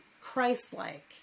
Christ-like